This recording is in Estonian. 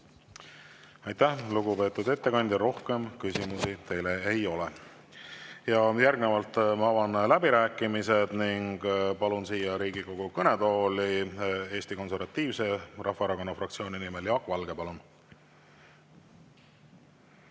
Aitäh, lugupeetud ettekandja! Rohkem küsimusi teile ei ole. Järgnevalt avan läbirääkimised ning palun Riigikogu kõnetooli Eesti Konservatiivse Rahvaerakonna fraktsiooni nimel kõnelema Jaak Valge. Palun!